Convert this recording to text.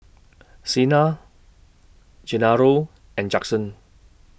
Chyna Genaro and Judson